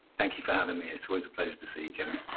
thank you for having me. it's always a pleasure to see you, jimmy.